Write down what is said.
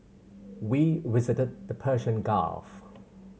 we visited the Persian Gulf